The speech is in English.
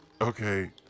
Okay